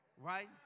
right